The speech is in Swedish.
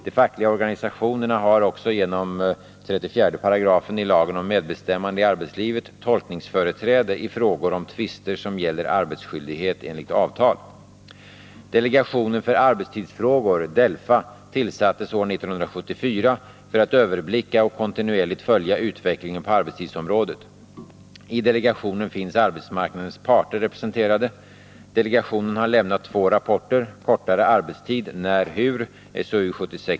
De fackliga organisationerna har också genom 34§ i lagen om medbestämmande i arbetslivet tolkningsföreträde i fråga om tvister som gäller arbetsskyldighet enligt avtal. Delegationen för arbetstidsfrågor, DELFA, tillsattes år 1974 för att överblicka och kontinuerligt följa utvecklingen på arbetstidsområdet. I delegationen finns arbetsmarknadens parter representerade. Delegationen har lämnat två rapporter, nämligen Kortare arbetstid När? Hur?